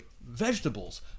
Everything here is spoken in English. Vegetables